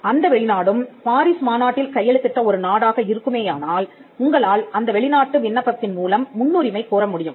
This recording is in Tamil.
அந்த வெளிநாடும் பாரிஸ் மாநாட்டில் கையெழுத்திட்ட ஒரு நாடாக இருக்குமேயானால் உங்களால் அந்த வெளிநாட்டு விண்ணப்பத்தின் மூலம் முன்னுரிமை கோரமுடியும்